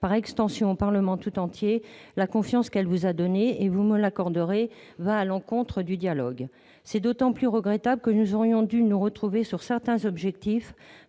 par extension, au Parlement tout entier la confiance qui vous a été donnée. Cela, vous me l'accorderez, va à l'encontre du renforcement du dialogue. C'est d'autant plus regrettable que nous aurions pu nous retrouver sur certains objectifs,